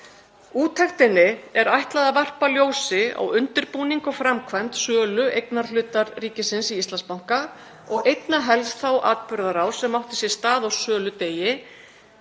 Úttektinni er ætlað að varpa ljósi á undirbúning og framkvæmd sölu eignarhlutar ríkisins í Íslandsbanka og einna helst þá atburðarás sem átti sér stað á söludegi,